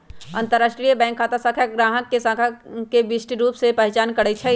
अंतरराष्ट्रीय बैंक खता संख्या गाहक के खता के विशिष्ट रूप से पहीचान करइ छै